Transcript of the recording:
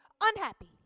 unhappy